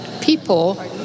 people